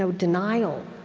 so denial